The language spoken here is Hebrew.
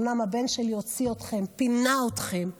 אומנם הבן שלי הוציא אתכם, פינה אתכם,